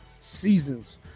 seasons